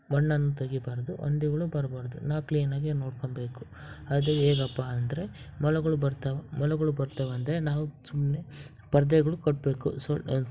ಮಣ್ಣನ್ನು ತೆಗೀಬಾರ್ದು ಹಂದಿಗುಳು ಬರಬಾರ್ದು ನಾವು ಕ್ಲೀನಾಗಿ ನೋಡ್ಕೊಂಬೇಕು ಅದು ಹೇಗಪ್ಪ ಅಂದರೆ ಮೊಲಗಳು ಬರ್ತಾವೆ ಮೊಲಗಳ್ ಬರ್ತಾವಂದರೆ ನಾವು ಸುಮ್ಮನೆ ಪರ್ದೆಗಳು ಕಟ್ಟಬೇಕು ಸುಲ್